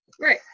Right